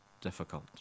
difficult